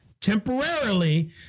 temporarily